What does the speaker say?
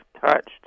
touched